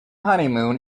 honeymoon